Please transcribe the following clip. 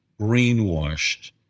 brainwashed